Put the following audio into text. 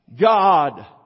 God